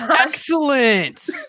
excellent